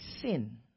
sin